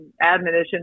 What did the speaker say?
admonition